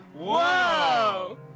Whoa